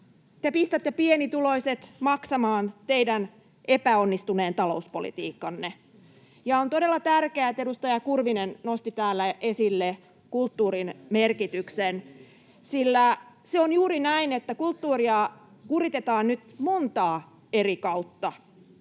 pistätte pienituloiset maksamaan teidän epäonnistuneen talouspolitiikkanne. On todella tärkeää, että edustaja Kurvinen nosti täällä esille kulttuurin merkityksen, sillä se on juuri näin, että kulttuuria kuritetaan nyt montaa eri kautta: